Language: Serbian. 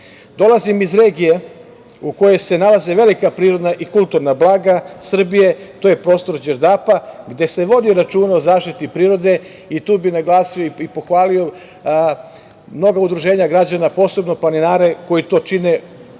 iz regije u kojoj se nalaze velika prirodna i kulturna blaga Srbije, to je prostor Đerdapa, gde se vodi računa o zaštiti prirode i tu bih naglasio i pohvalio mnoga udruženja građana, posebno planinare, koji to čine